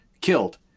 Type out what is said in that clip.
killed